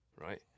Right